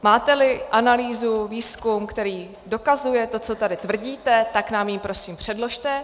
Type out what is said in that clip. Máteli analýzu, výzkum, který dokazuje to, co tady tvrdíte, tak nám jej prosím předložte.